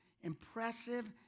impressive